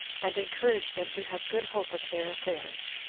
and encourage them to have good hope of their affairs.